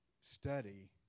study